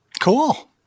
cool